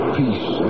peace